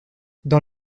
dans